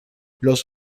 los